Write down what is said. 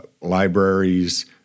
libraries